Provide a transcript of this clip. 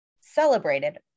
celebrated